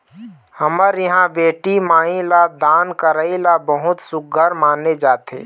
हमर इहाँ बेटी माई ल दान करई ल बहुत सुग्घर माने जाथे